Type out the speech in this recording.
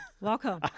Welcome